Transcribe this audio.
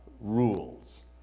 rules